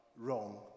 wrong